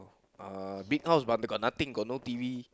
uh big house but they got nothing got no T_V